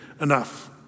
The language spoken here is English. enough